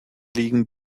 liegen